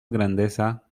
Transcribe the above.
grandeza